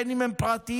בין שהם פרטיים,